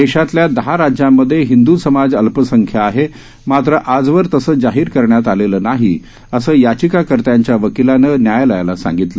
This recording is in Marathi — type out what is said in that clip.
देशातल्या दहा राज्यांमध्ये हिंद समाज अल्पसंख्य आहे मात्र आजवर तसं जाहीर करण्यात आलेलं नाही असं याचिकाकर्त्याच्या वकिलानं न्यायालयाला सांगितलं